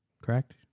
correct